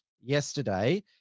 yesterday